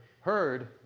heard